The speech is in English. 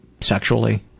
sexually